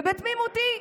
ובתמימותי,